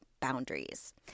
boundaries